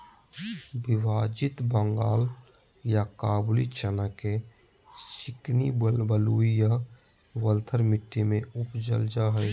विभाजित बंगाल या काबूली चना के चिकनी बलुई या बलथर मट्टी में उपजाल जाय हइ